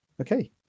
Okay